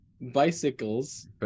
bicycles